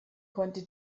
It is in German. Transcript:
konnte